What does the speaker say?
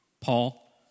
Paul